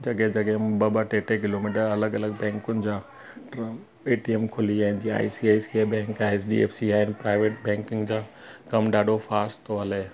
जॻह जॻह ॿ ॿ टे टे किलोमीटर अलॻिअलॻि बैंकुनि जा अ ए टी एम खुली विया आहिनि जीअं I C I C bank आहे एच डी एफ सी आहिनि प्राइवेट बैंकनि जा कमु ॾाढो फास्ट थो हले